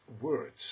words